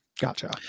Gotcha